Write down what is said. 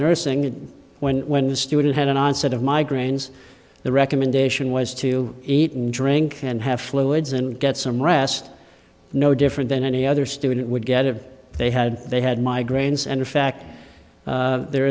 nursing when when the student had an onset of migraines the recommendation was to eat and drink and have fluids and get some rest no different than any other student would get if they had they had migraines and in fact there